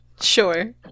Sure